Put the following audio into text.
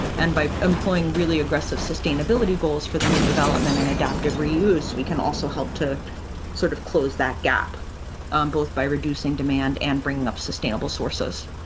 and by employing really aggressive sustainability goals for the new development and adaptive reuse. we can also help to sort of close that gap both by reducing demand and bringing up sustainable sources.